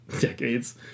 decades